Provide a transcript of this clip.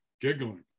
giggling